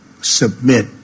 submit